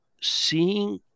seeing